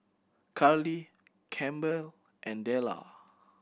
Karli Campbell and Dellar